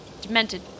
Demented